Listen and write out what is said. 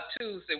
Tuesday